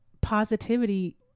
positivity